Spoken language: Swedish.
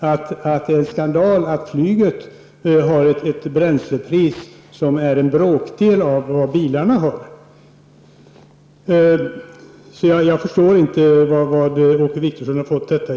Jag tycker att det är en skandal att flyget betalar ett bränslepris som är en bråkdel av vad bilisterna betalar. Jag förstår inte varifrån Åke Wictorsson har fått detta.